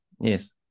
yes